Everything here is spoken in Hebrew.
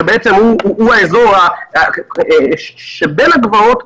שבעצם הוא האזור שבין הגבעות,